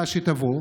שתבוא,